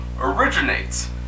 originates